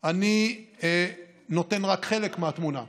אני נותן רק חלק מהתמונה.